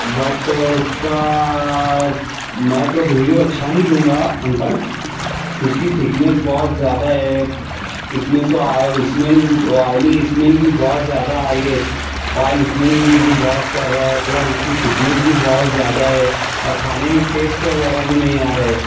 but اس کا میں تو ریویو اچھا نہیں دوں گا انکل اس کی تھکنیس بہت زیادہ ہے اس میں سے آئل اسمیل آئلی اسمیل بھی بہت زیادہ آ رہی ہے اس آئل اسمیل بھی بہت کر رہا ہے پلس اس کی تھکنیس بھی بہت زیادہ ہے اور کھانے میں ٹیسٹ وغیرہ بھی نہیں آ رہا ہے